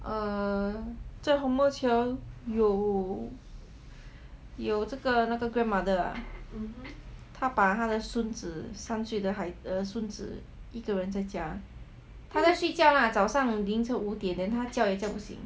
err 在宏茂桥有有这个那个 grandmother ah 她把她的孙子刚生的孩子的孙子一个人在家他在睡觉 lah 早上凌晨五点 then 他叫也叫不醒